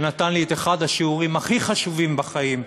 שנתן לי את אחד השיעורים הכי חשובים בחיים,